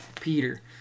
Peter